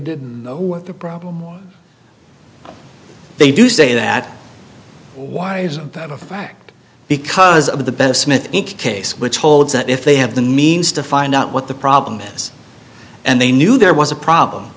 push the problem they do say that why is that a fact because of the best smith case which holds that if they have the means to find out what the problem is and they knew there was a problem